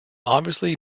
obviously